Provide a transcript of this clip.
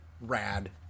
Rad